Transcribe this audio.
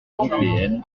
européenne